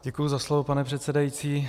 Děkuji za slovo, pane předsedající.